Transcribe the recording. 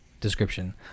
description